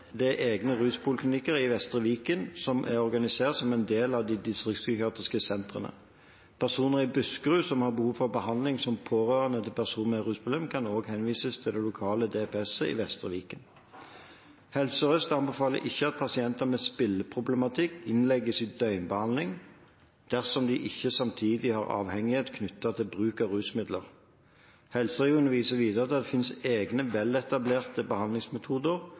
del av de distriktspsykiatriske sentrene. Personer i Buskerud som har behov for behandling som pårørende til en person med rusproblem, kan også henvises til det lokale DPS-et i Vestre Viken. Helse Sør-Øst anbefaler ikke at personer med spillproblematikk innlegges i døgnbehandling dersom de ikke samtidig har avhengighet knyttet til bruk av rusmidler. Helseregionen viser videre til at det finnes egne, veletablerte behandlingsmetoder